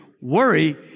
Worry